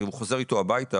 הוא חוזר איתו הביתה,